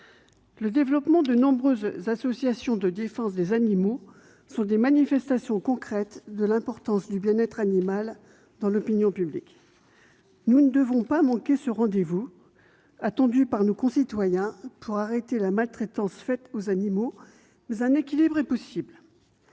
le développement de nombreuses associations de défense des animaux est une manifestation concrète de l'importance de la question du bien-être animal dans l'opinion publique. Nous ne devons pas manquer ce rendez-vous attendu par nos concitoyens pour arrêter la maltraitance faite aux animaux. En effet, un équilibre est